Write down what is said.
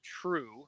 true